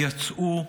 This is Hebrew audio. יצאו,